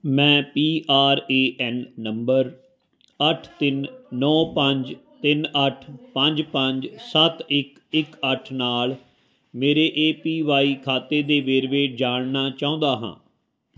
ਮੈਂ P R A N ਨੰਬਰ ਅੱਠ ਤਿੰਨ ਨੌ ਪੰਜ ਤਿੰਨ ਅੱਠ ਪੰਜ ਪੰਜ ਸੱਤ ਇੱਕ ਇੱਕ ਅੱਠ ਨਾਲ ਮੇਰੇ ਏ ਪੀ ਵਾਈ ਖਾਤੇ ਦੇ ਵੇਰਵੇ ਜਾਣਨਾ ਚਾਹੁੰਦਾ ਹਾਂ